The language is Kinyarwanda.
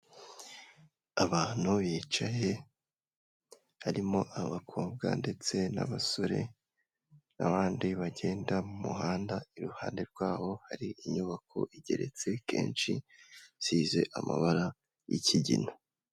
Abantu bicaye harimo abakobwa ndetse n'abasore n'abandi bagenda mu muhanda iruhande rwaho hari inyubako igeretse kenshi isize amabara y'ikigina.